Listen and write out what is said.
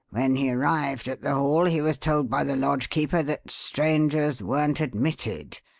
when he arrived at the hall he was told by the lodgekeeper that strangers weren't admitted,